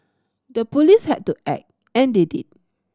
the police had to act and they did